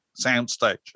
soundstage